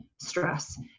stress